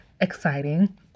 exciting